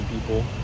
people